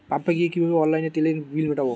পাম্পে গিয়ে কিভাবে অনলাইনে তেলের বিল মিটাব?